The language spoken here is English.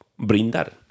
brindar